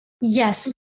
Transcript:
Yes